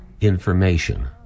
information